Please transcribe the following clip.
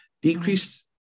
decreased